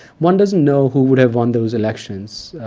one doesn't know who would have won those elections.